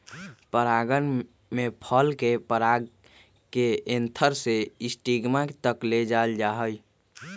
परागण में फल के पराग के एंथर से स्टिग्मा तक ले जाल जाहई